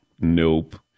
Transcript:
nope